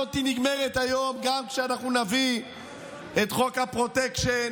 הקייטנה הזאת נגמרת היום גם כשאנחנו נביא את חוק הפרוטקשן